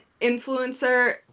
influencer